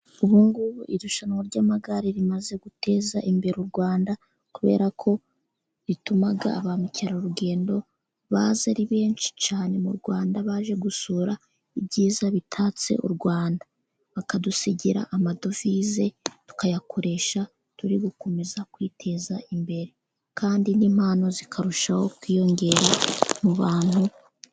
Ubungubu irushanwa ry'amagare rimaze guteza imbere u Rwanda kubera ko rituma ba mukerarugendo baza ari benshi cyane mu |Rwanda baje gusura ibyiza bitatse u Rwanda bakadusigira amadovize tukayakoresha turi gukomeza kwiteza imbere kandi n'impano zikarushaho kwiyongera mu bantu.